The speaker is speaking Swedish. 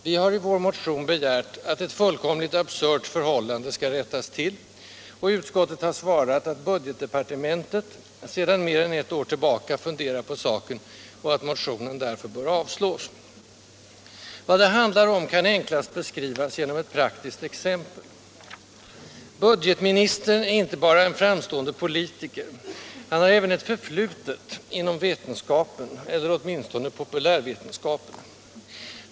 Vi har i vår motion begärt att ett fullkomligt absurt förhållande skall rättas till, och utskottet har svarat att budgetdepartementet sedan mer än ett år tillbaka funderar på saken och att motionen därför bör avslås. Vad det handlar om kan enklast beskrivas genom ett praktiskt exempel. Budgetministern är inte blott en framstående politiker, han har även ett förflutet inom vetenskapen, eller åtminstone populärvetenskapen.